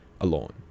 alone